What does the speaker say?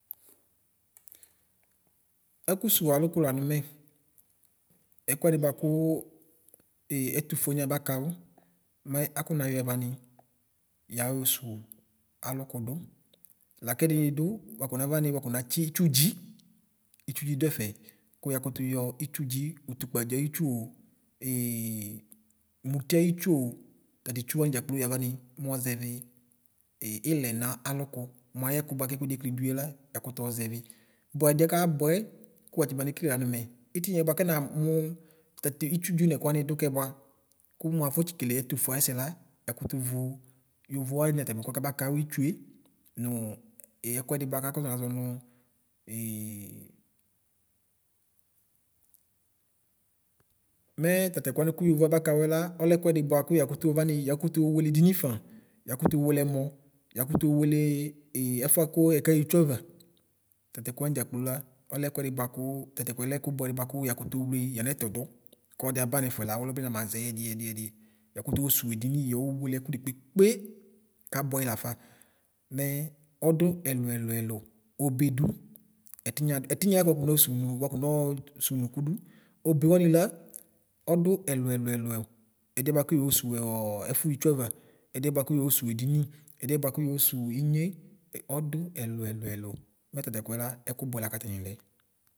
Ekʋ Sʋwʋ alʋkʋ lanʋ mɛ ɛkvɛdu bʋakʋ ɛtʋfʋe ni aba kawʋ mɛ akɔ nayɔɛ vani yayosʋwʋ alʋkʋdʋ lakɛdini do wakɔ vani wakɔ natsɩ ɩtsʋdʒɩ ɩtsudʒɩ dʋ ɛƒɛ kʋ yakʋtʋ yɔ ɩtsʋdʒi ʋtʋkpadʒɩ ayʋtsʋo mʋti ayʋtsʋo tatitsʋ waw dʒakplo yavanɩ mɔʒɛvi iilɛ nalʋkʋ mʋ ayɛkʋ bʋa kɛkʋɛdi etlidʋɛ la yakʋ ɔʒɛvi bʋa ɛdiɛ kabuɛ kʋ watsi banekele lanʋ mɛ ɩtinɛ bʋakɛ namʋ mɔ tate ɩtsʋdʒi nɛkʋ wani dokɛ bva kʋmʋ aƒɔtsi kele ɛtʋfʋe ayɛsɛ la yakʋtʋ yovo wani atami ɛku kaba kawʋ ɩtsʋe nʋ ɛkʋɛdi kakɔnaʒɔnʋ mɛ tatɛkʋ wani kʋ yovo aba kawʋɛ la ɛkʋɛdɩ bʋakʋ yakʋtʋ ɔvani yakʋtʋ yowele edini faa yakʋtʋ owele ɛmɔ yatʋtʋ owele ɛfʋɛkʋ ɛkaxitʋava tatɛkʋ wani dʒakplo la ɔlɛ ɛtʋɛdi bʋakʋ tatɛkʋlɛ ɛtʋbʋɛdi bʋakʋ yakʋtʋ owle yanɛtʋ dʋ kɔdi aba yauifʋɛ la ʋlʋbi namaʒɛ yɛdi yɛdi yɛdi yakʋtʋ yoswwʋ edini yowele ɛkʋdekpekpe kabʋa yɛ lafa mɛ ɔdʋ ɛlu ɛlu ɛlu obedʋ ɛtinya dʋ stiyɛ lako waƒɔnɔ swʋʋwʋ Ʋnʋkʋ dʋ obewani la ɔdʋ ɛlʋ ɛlʋ ɛlʋ ɛdiɛ bʋaku yewosʋwʋ ɔɔ ɛfʋ ɣitsʋava ɛdiɛ bvakʋ yosowʋ edini ɛdiɛ bʋakʋ yosʋwʋ ɩuye ɔdʋ ɛlʋ ɛlʋ ɛlʋ mɛ tatɛkʋɛ la ɛkʋ bʋɛ lakatani lɛ.